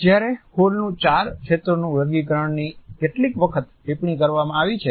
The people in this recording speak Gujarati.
જ્યારે હોલનું ચાર ક્ષેત્રોનું વર્ગીકરણની કેટલીક વખત ટિપ્પણી કરવામાં આવી છે